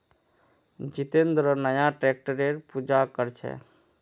जितेंद्र नया ट्रैक्टरेर पूजा कर छ